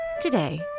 Today